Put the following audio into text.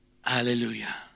Hallelujah